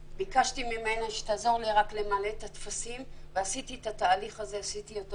ביקשתי ממנה שתעזור לי רק למלא את הטפסים ועשיתי את התהליך הזה לבד.